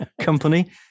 company